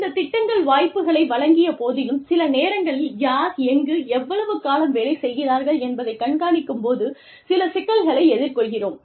இந்த திட்டங்கள் வாய்ப்புகளை வழங்கிய போதிலும் சில நேரங்களில் யார் எங்கு எவ்வளவு காலம் வேலை செய்கிறார்கள் என்பதைக் கண்காணிக்கும் போது சில சிக்கல்களை எதிர்கொள்கிறோம்